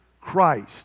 Christ